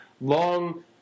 long